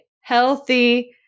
healthy